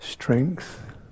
Strength